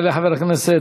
יעלה חבר הכנסת